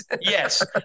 Yes